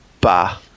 Bah